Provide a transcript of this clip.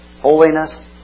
holiness